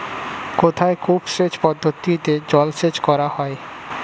কোথায় কূপ সেচ পদ্ধতিতে জলসেচ করা হয়?